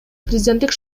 президенттик